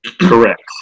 Correct